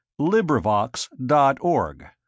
LibriVox.org